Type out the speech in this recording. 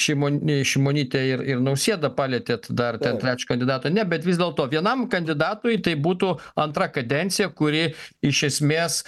šimon šimonytę ir ir nausėdą palietėt dar trečią kandidatą ne bet vis dėlto vienam kandidatui tai būtų antra kadencija kuri iš esmės